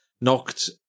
knocked